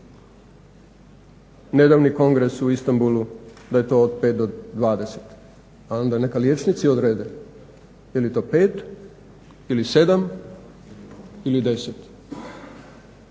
nedavni Kongres u Istanbulu da je to od 5 do 20. A onda neka liječnici odrede je li to 5 ili 7 ili 10